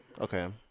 Okay